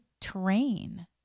terrain